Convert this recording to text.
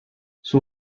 son